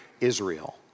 Israel